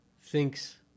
thinks